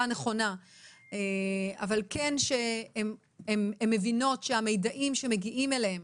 אבל כן שהם מבינות שהמידעים שמגיעים אליהם